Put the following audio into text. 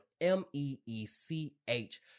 M-E-E-C-H